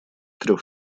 трех